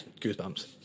Goosebumps